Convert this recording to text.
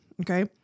Okay